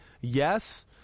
Yes